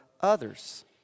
others